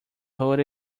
hold